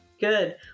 Good